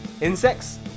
insects